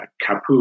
kapu